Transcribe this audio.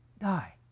die